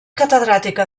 catedràtica